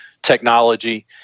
technology